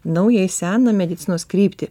naujai seną medicinos kryptį